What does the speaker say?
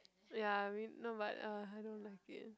ya I mean no but uh I don't like it